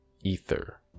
ether